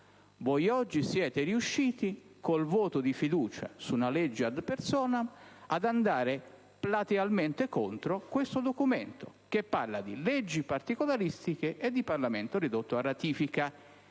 Voi oggi siete riusciti, con il voto di fiducia su una legge *ad personam,* ad andare platealmente contro questo documento che parla di leggi particolaristiche e di Parlamento ridotto a ratificare.